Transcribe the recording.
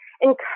encourage